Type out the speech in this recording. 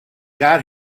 got